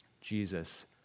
Jesus